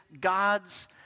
God's